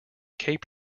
cape